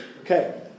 Okay